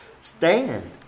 Stand